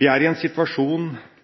Vi er i en situasjon